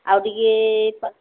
ଆଉ ଟିକେ